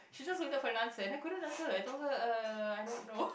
she just looked for the answer that I couldn't I told her I don't know